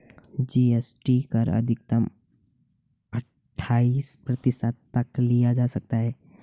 GST कर अधिकतम अठाइस प्रतिशत तक लिया जा सकता है